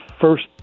first